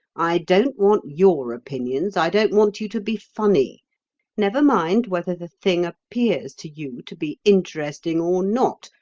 i don't want your opinions i don't want you to be funny never mind whether the thing appears to you to be interesting or not.